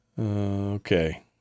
Okay